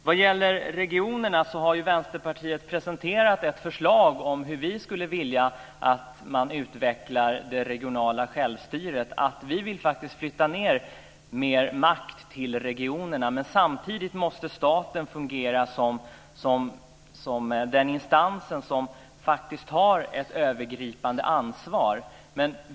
När det gäller regionerna har Vänsterpartiet presenterat ett förslag till hur vi skulle vilja att man utvecklade det regionala självstyret. Vi vill flytta ned mer makt till regionerna. Samtidigt måste staten fungera som den instans som har ett övergripande ansvar.